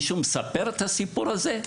מישהו מספר את הסיפור הזה?